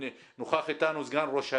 נוכח איתנו סגן ראש העיר,